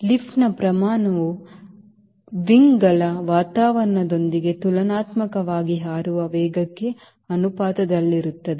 ಲಿಫ್ಟ್ನ ಪ್ರಮಾಣವು ರೆಕ್ಕೆಗಳು ವಾತಾವರಣದೊಂದಿಗೆ ತುಲನಾತ್ಮಕವಾಗಿ ಹಾರುವ ವೇಗಕ್ಕೆ ಅನುಪಾತದಲ್ಲಿರುತ್ತದೆ